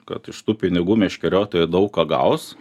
kad iš tų pinigų meškeriotojai daug ką gaus